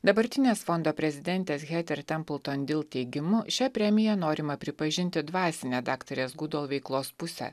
dabartinės fondo prezidentės hetera templton teigimu šia premija norima pripažinti dvasinę daktarės gudol veiklos pusę